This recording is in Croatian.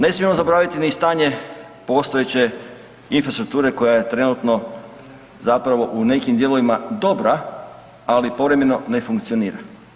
Ne smijemo zaboraviti ni stanje postojeće infrastrukture koja je trenutno zapravo u nekim dijelovima dobra, ali povremeno ne funkcionira.